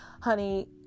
honey